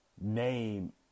name